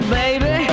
baby